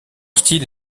style